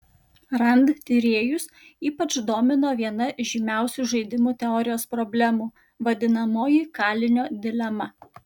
rand tyrėjus ypač domino viena žymiausių žaidimų teorijos problemų vadinamoji kalinio dilema